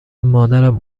مادرم